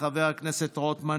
חבר הכנסת רוטמן,